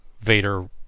Vader